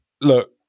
Look